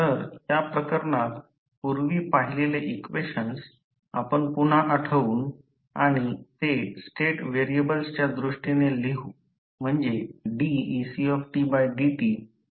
तर या प्रकरणात पूर्वी पाहिलेले इक्वेशन्स आपण पुन्हा आठवून आणि ते स्टेट व्हेरिएबल्सच्या दृष्टीने लिहू म्हणजे decdtiC असे लिहू